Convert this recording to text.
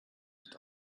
ist